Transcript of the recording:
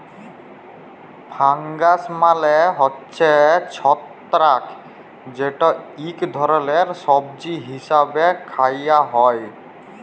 fungus মালে হছে ছত্রাক যেট ইক ধরলের সবজি হিসাবে খাউয়া হ্যয়